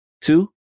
two